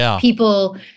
people